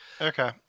Okay